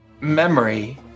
memory